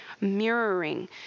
mirroring